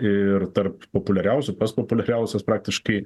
ir tarp populiariausių pats populiariausias praktiškai